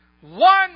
One